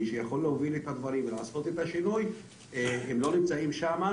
מי שיכול להוביל את הדברים ולעשות את השינוי לא נמצא שם.